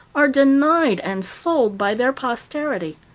are denied and sold by their posterity.